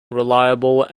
reliable